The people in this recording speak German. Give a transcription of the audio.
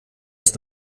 ist